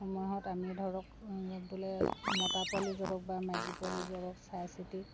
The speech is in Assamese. সময়ত আমি ধৰক বোলে মতা পোৱালি জগক বা মাইকী পোৱালি জগক চাই চিতি